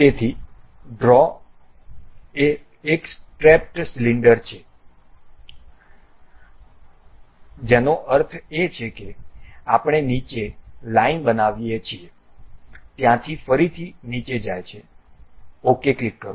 થી ડ્રો એ એક સ્ટેપ્ડ સિલિન્ડર છે જેનો અર્થ છે કે આપણે નીચે લાઇન બનાવીએ છીએ ત્યાંથી ફરીથી નીચે જાય છે OK ક્લિક કરો